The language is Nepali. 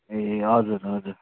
ए हजुर हजुर